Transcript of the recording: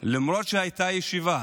למרות שהייתה ישיבה